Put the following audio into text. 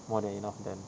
more then enough then